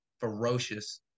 ferocious